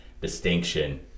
distinction